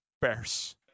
Bears